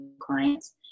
clients